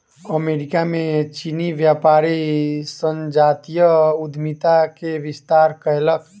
America में चीनी व्यापारी संजातीय उद्यमिता के विस्तार कयलक